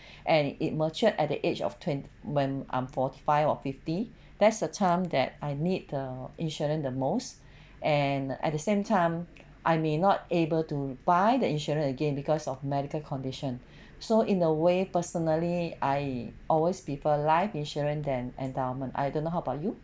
and it mature at the age of twen~ when I'm forty five or fifty that's the term that I need uh insurance the most and at the same time I may not able to buy the insurance again because of medical condition so in a way personally I always prefer life insurance than endowment I don't know how about you